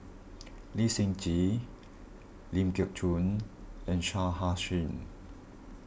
Lee Seng Gee Ling Geok Choon and Shah Hussain